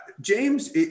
James